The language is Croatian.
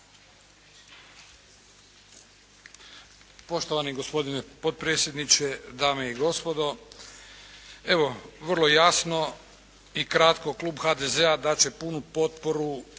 Poštovani gospodine potpredsjedniče, dame i gospodo. Evo, vrlo jasno i kratko klub HDZ-a dat će punu potporu